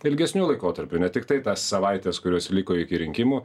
ilgesniu laikotarpiu ne tiktai tas savaites kurios liko iki rinkimų